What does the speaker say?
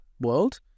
world